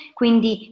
quindi